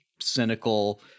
cynical